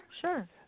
Sure